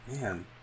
Man